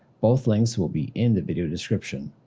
both links will be in the video description.